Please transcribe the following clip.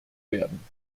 werden